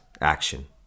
Action